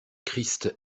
christ